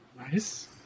Nice